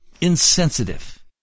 insensitive